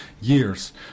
years